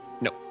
No